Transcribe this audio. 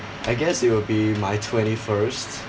I guess it will be my twenty first